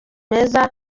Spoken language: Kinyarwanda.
meza